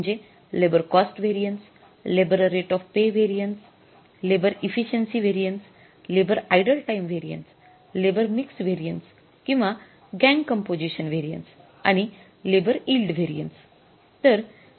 ती म्हणजे labour cost variance labour rate of pay variance labour efficiency variance labour idle time variance labour mix variance किंवा gang composition variance आणि labour yield variance